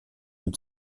une